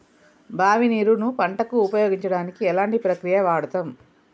బావి నీరు ను పంట కు ఉపయోగించడానికి ఎలాంటి ప్రక్రియ వాడుతం?